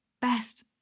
best